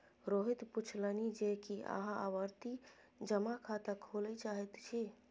रोहित पुछलनि जे की अहाँ आवर्ती जमा खाता खोलय चाहैत छी